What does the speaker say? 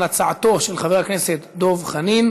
על הצעתו של חבר הכנסת דב חנין